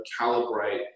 calibrate